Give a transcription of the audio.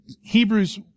Hebrews